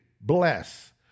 Bless